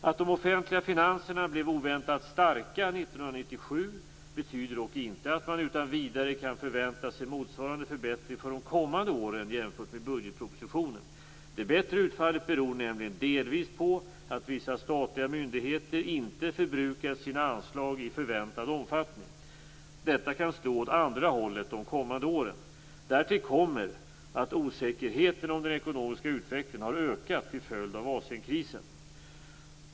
Att de offentliga finanserna blev oväntat starka 1997 betyder dock inte att man utan vidare kan förvänta sig motsvarande förbättring för de kommande åren jämfört med budgetpropositionen. Det bättre utfallet beror nämligen delvis på att vissa statliga myndigheter inte förbrukat sina anslag i förväntad omfattning. Detta kan slå åt andra hållet de kommande åren. Därtill kommer att osäkerheten om den ekonomiska utvecklingen har ökat till följd av Asienkrisen.